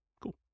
Cool